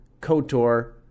KotOR